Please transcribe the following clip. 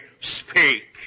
Speak